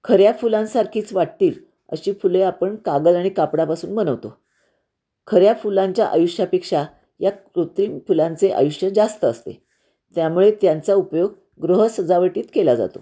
खऱ्या फुलांसारखीच वाटतील अशी फुले आपण कागद आणि कापडापासून बनवतो खऱ्या फुलांच्या आयुष्यापेक्षा या कृत्रिम फुलांचे आयुष्य जास्त असते त्यामुळे त्यांचा उपयोग गृह सजावटीत केला जातो